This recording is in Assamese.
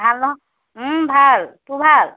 ভাল ন ভাল তোৰ ভাল